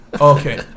Okay